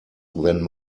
than